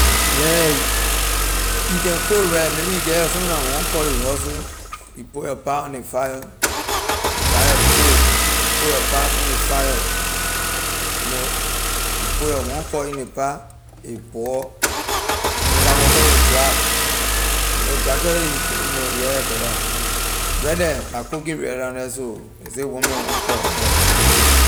Yeah you can cook rice maybe you get your some kind na one cup you hustle you put your pot on ley fire you buy your coal you put your part on ley fire you know you put your one cup in ley pot a boil you know la water will dry you know gradually yeah brother right the la cooking rice down the so ley say one man one cup.